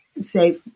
say